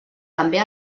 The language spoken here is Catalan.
també